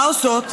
מה עושות?